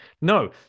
No